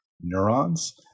neurons